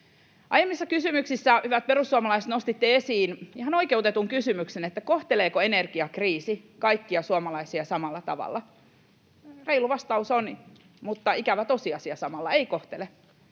Aiemmissa kysymyksissä, hyvät perussuomalaiset, nostitte esiin ihan oikeutetun kysymyksen: kohteleeko energiakriisi kaikkia suomalaisia samalla tavalla? Reilu vastaus, mutta ikävä tosiasia samalla, on se,